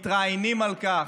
מתראיינים על כך,